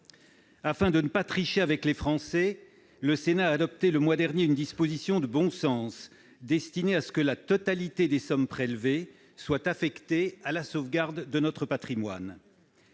Afin de ne pas tricher avec les Français, le Sénat a adopté, le mois dernier, une disposition de bon sens visant à affecter la totalité des sommes prélevées à la sauvegarde de notre patrimoine.